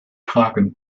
tragen